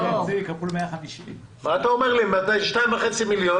400 מיליון.